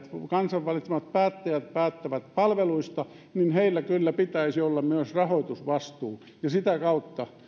kansan valitsemat päättäjät päättävät palveluista niin heillä kyllä pitäisi olla myös rahoitusvastuu ja sitä kautta